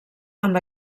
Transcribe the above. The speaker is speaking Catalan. amb